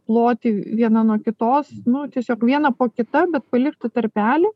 ploty viena nuo kitos nu tiesiog viena po kita bet palikti tarpelį